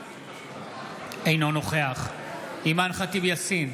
אינו נוכח אימאן ח'טיב יאסין,